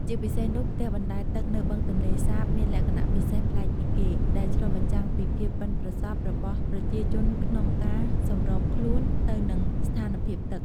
ជាពិសេសនោះ ផ្ទះបណ្ដែតទឹកនៅបឹងទន្លេសាបមានលក្ខណៈពិសេសប្លែកពីគេ ដែលឆ្លុះបញ្ចាំងពីភាពប៉ិនប្រសប់របស់ប្រជាជនក្នុងការសម្របខ្លួនទៅនឹងស្ថានភាពទឹក។